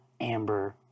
amber